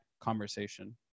conversation